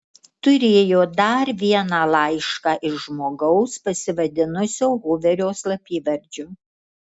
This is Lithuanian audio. turėjo dar vieną laišką iš žmogaus pasivadinusio huverio slapyvardžiu